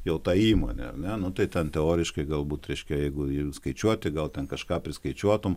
jau ta įmonė ar ne nu tai ten teoriškai galbūt reiškia jeigu skaičiuoti gal ten kažką priskaičiuotum